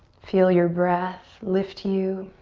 feel your breath lift you.